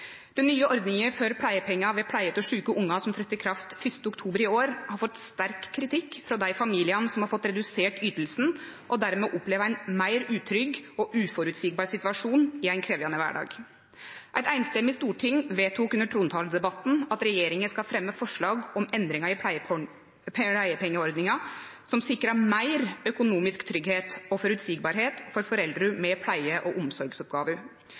Den nye ordninga for pleiepengar ved pleie av sjuke ungar som tredde i kraft 1. oktober i år, har fått sterk kritikk frå dei familiane som har fått redusert ytinga, og som dermed opplever ein meir utrygg og uføreseieleg situasjon i ein krevjande kvardag. Eit samrøystes storting vedtok under trontaledebatten at regjeringa skal fremje forslag om endringar i pleiepengeordninga som sikrar meir økonomisk tryggleik og føreseielegheit for foreldre med pleie- og omsorgsoppgåver.